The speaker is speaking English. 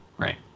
Right